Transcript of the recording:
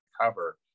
cover